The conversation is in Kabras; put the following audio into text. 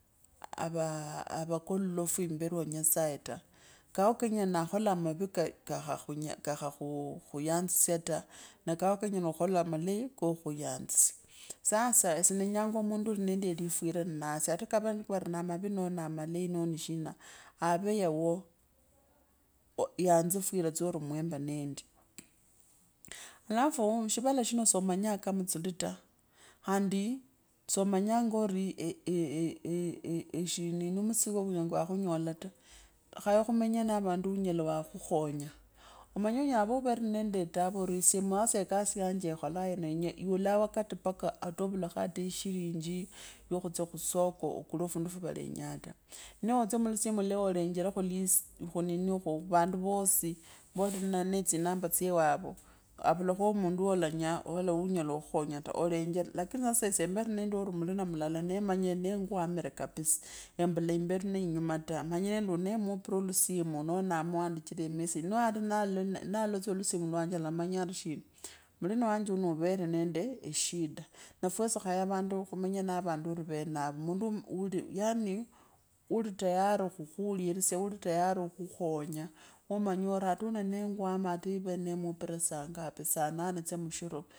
Avakololofu imberi wa nyesaye ta, kao kenyela nakola mau khaka kakhakhu yansye ta ne kao kenyela kukhola malei kanyela khuyansya sasa esye naenyanga mundu ulimwende lifwira nyansye atakavari na amavi noo na madei naonishinave yawo. yanzifwire mwemba nendi. alafu mushivala. Shimo soo manya kamusuli ta. khandi somanga eeh, eeh, shinini muzigokunyela kwa khunyola ta. khaye amenye na avandu unyela wa khukhonya. omenye onyelakuvaa niende etaabu, onesye omanye ekasi yanje yeekhole ino. ye wuula wakati paka ata uvula ishinji, ya kulya khusoko okule fundu fwavalenywa ta. nee otye mulusimu heverwo olengore khulisti, khu nini khuvandu osi volinende namba tsye wavo, ovulakho mundu ulenye. unyalo wa khukhonya ta, elengela lakini sasa esye mbele. nende mulina mulala nemanye ne ngwamire kabisaa embela imberi nee nyuma taa. nemanye endi uno neemupira olusimu noo. arishima mulina. mundu ali, yani ulitayari khuurisya. okhukhonya womanya ori ata. negwanne ata yire neemupira saa ngapi saa nane tsya mushiro.